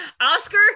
Oscar